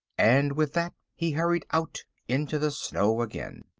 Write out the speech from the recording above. and with that he hurried out into the snow again.